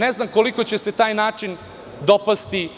Ne znam koliko će se taj način dopasti